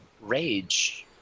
rage